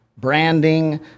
Branding